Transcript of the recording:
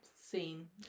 scene